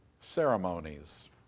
ceremonies